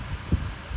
but need people lah